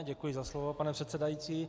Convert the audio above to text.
Děkuji za slovo, pane předsedající.